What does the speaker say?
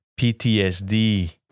PTSD